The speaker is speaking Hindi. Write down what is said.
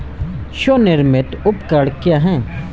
स्वनिर्मित उपकरण क्या है?